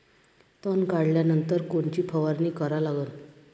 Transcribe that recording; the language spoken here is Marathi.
तन काढल्यानंतर कोनची फवारणी करा लागन?